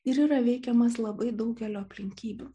ir yra veikiamas labai daugelio aplinkybių